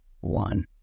one